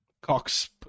cox